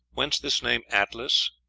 whence this name atlas,